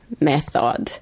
method